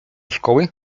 szkoły